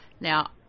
Now